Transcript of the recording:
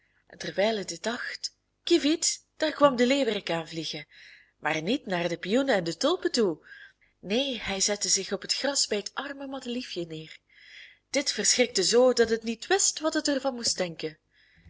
en terwijl het dit dacht kieviet daar kwam de leeuwerik aanvliegen maar niet naar de pioenen en de tulpen toe neen hij zette zich op het gras bij het arme madeliefje neer dit verschrikte zoo dat het niet wist wat het er van moest denken